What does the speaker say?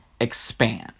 expand